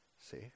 See